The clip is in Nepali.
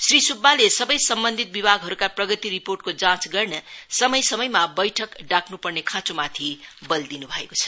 श्री सुब्बाले सबै सम्बन्धित विभागहरूका प्रगति रिपोर्टको जाँच गर्न समय समयमा बैठक डाक्न पर्ने खाँचोमाति बल दिनु भएको छ